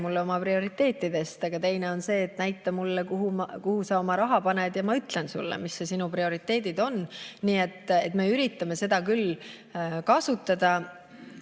mulle oma prioriteetidest, aga teine on see, et näita mulle, kuhu sa oma raha paned, ja ma ütlen sulle, mis on sinu prioriteedid. Nii et me üritame seda kasutada.